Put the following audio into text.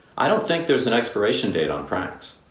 i don't think there's an expiration date on pranks.